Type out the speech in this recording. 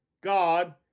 God